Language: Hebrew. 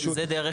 זה הנשיא,